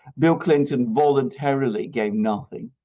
bill clinton voluntarily gave nothing.